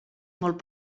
molt